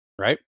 Right